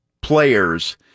players